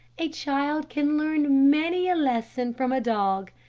a child can learn many a lesson from a dog.